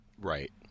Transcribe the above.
Right